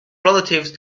relatives